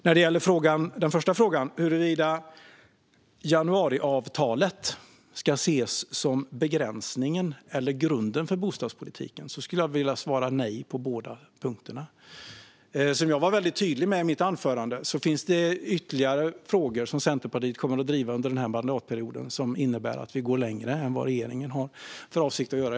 När det gäller den första frågan, huruvida januariavtalet ska ses som begränsningen eller grunden för bostadspolitiken, skulle jag vilja svara nej på båda punkter. Som jag var väldigt tydlig med i mitt anförande finns det ytterligare frågor som Centerpartiet kommer att driva under den här mandatperioden och som innebär att vi går längre än regeringen har för avsikt att göra.